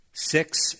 Six